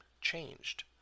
changed